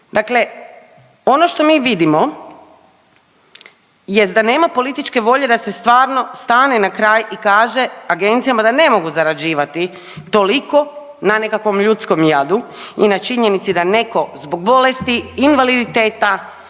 Dakle, ono što mi vidimo jest da nema političke volje da se stvarno stane nakraj i kaže agencijama da ne mogu zarađivati toliko na nekakvom ljudskom jadu i na činjenici da neko zbog bolesti, invaliditeta,